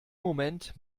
moment